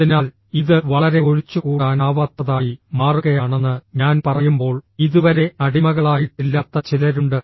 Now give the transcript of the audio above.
അതിനാൽ ഇത് വളരെ ഒഴിച്ചുകൂടാനാവാത്തതായി മാറുകയാണെന്ന് ഞാൻ പറയുമ്പോൾ ഇതുവരെ അടിമകളായിട്ടില്ലാത്ത ചിലരുണ്ട്